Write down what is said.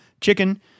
chicken